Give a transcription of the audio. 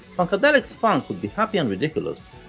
funkadelic's funk could be happy and ridiculous,